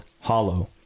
Hollow